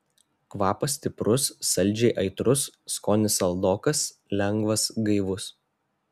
kvapas stiprus saldžiai aitrus skonis saldokas lengvas gaivus